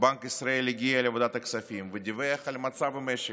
בנק ישראל הגיע לוועדת הכספים ודיווח על מצב המשק.